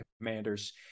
commanders